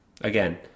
Again